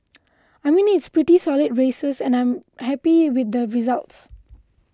I mean it's pretty solid races and I'm happy with the results